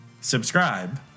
subscribe